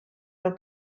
nhw